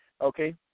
Okay